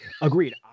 Agreed